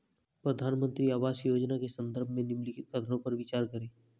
प्रधानमंत्री आवास योजना के संदर्भ में निम्नलिखित कथनों पर विचार करें?